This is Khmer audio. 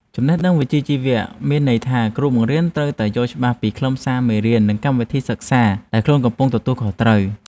ចំណេះដឹងវិជ្ជាជីវៈមានន័យថាគ្រូបង្រៀនត្រូវតែយល់ច្បាស់ពីខ្លឹមសារមេរៀននិងកម្មវិធីសិក្សាដែលខ្លួនកំពុងទទួលខុសត្រូវ។